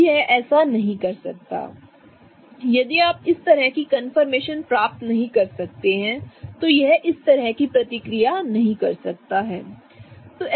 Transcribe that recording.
अब यह ऐसा नहीं कर सकता यदि आप इस तरह की कंफर्मेशन प्राप्त नहीं कर सकते हैं तो यह इस तरह की प्रतिक्रिया नहीं कर सकता है